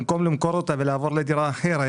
במקום למכור אותה ולעבור לדירה אחרת